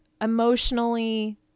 emotionally